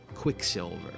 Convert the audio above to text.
Quicksilver